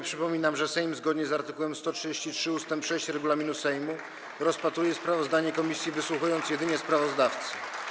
Przypominam, że Sejm, zgodnie z art. 133 ust. 6 regulaminu Sejmu, rozpatruje sprawozdanie komisji, wysłuchując jedynie sprawozdawcy.